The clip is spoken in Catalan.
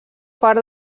part